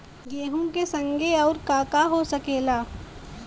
गेहूँ के संगे आऊर का का हो सकेला?